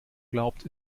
glaubt